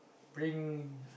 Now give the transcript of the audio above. bring